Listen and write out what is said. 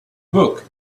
book